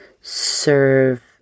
serve